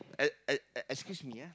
uh uh excuse me ah